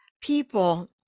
people